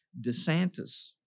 DeSantis